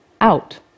out